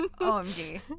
OMG